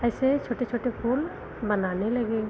ऐसे छोटे छोटे फूल बनाने लगे